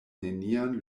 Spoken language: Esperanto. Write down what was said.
nenian